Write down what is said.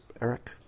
Eric